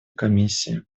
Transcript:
комиссии